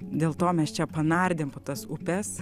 dėl to mes čia panardėm po tas upes